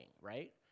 right